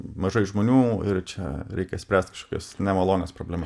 mažai žmonių ir čia reikia spręst kažkokias nemalonias problemas